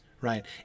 right